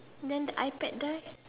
then the iPad there